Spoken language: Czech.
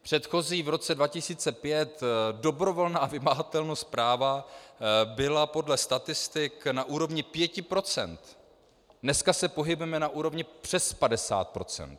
Předchozí v roce 2005 dobrovolná vymahatelnost práva byla podle statistik na úrovni 5 %, dnes se pohybujeme na úrovni přes 50 %.